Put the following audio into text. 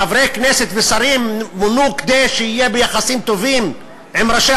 חברי כנסת ושרים מונו כדי שיהיו ביחסים טובים עם ראשי